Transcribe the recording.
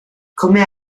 come